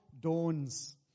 dawns